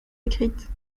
écrite